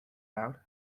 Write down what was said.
out